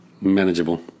manageable